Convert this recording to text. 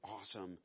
awesome